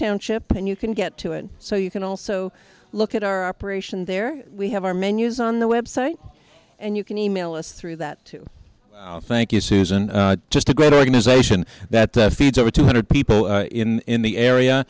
township and you can get to it so you can also look at our operation there we have our menus on the website and you can e mail us through that thank you susan just a great organization that feeds over two hundred people in the